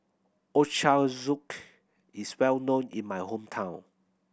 Ochazuke is well known in my hometown